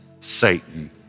Satan